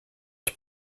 its